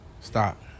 Stop